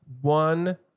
one